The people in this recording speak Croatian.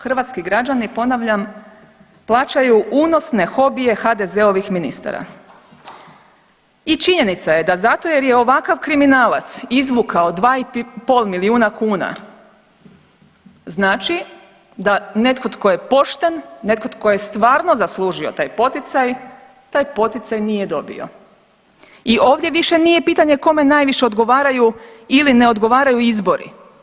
Hrvatski građani, ponavljam, plaćaju unosne hobije HDZ-ovih ministara i činjenica je da zato jer je ovakav kriminalac izvukao 2,5 milijuna kuna znači da netko tko je pošten, netko tko je stvarno zaslužio taj poticaj, taj poticaj nije dobio i ovdje više nije pitanje kome najviše odgovaraju ili ne odgovaraju izbori.